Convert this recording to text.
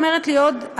אומרת לי עוד,